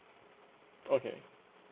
okay